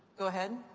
go ahead.